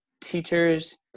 teachers